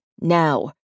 now